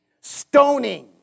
stoning